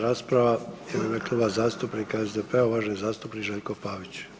rasprava u ime Kluba zastupnika SDP-a uvaženi zastupnik Željko Pavić.